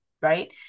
right